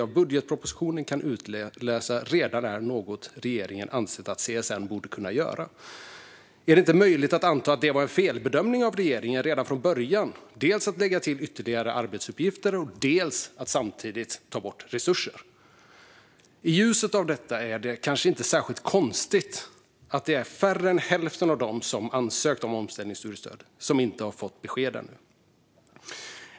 Av budgetpropositionen kan vi utläsa att det är något som regeringen anser att CSN redan borde kunnat göra. Är det inte möjligt att anta att det var en felbedömning från regeringen redan från början, dels att lägga till ytterligare arbetsuppgifter, dels att samtidigt ta bort resurser? I ljuset av detta är det kanske inte särskilt konstigt att färre än hälften av dem som ansökt om omställningsstudiestöd inte har fått besked än.